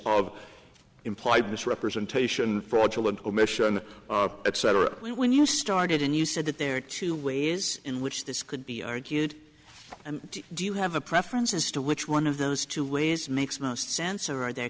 of implied misrepresentation fraudulent omission etc when you started and you said that there are two ways in which this could be argued and do you have a preference as to which one of those two ways makes most sense